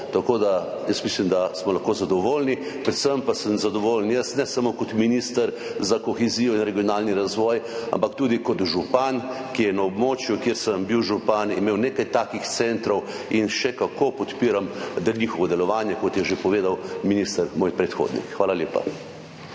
tako da mislim, da smo lahko zadovoljni. Predvsem pa sem zadovoljen jaz, ne samo kot minister za kohezijo in regionalni razvoj, ampak tudi kot župan, ki je na območju, kjer sem bil župan, imel nekaj takih centrov, in še kako podpiram njihovo delovanje, kot je že povedal minister, moj predhodnik. Hvala lepa.